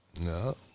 No